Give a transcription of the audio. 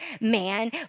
man